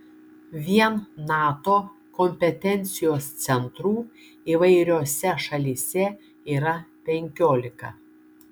vien nato kompetencijos centrų įvairiose šalyse yra penkiolika